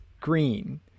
green